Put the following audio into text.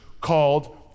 called